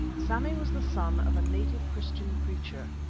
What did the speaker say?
sammy was the son of a native christian preacher,